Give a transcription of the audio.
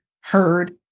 heard